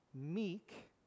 meek